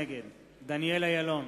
נגד דניאל אילון,